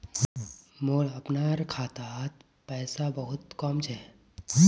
मोर अपनार खातात पैसा बहुत कम छ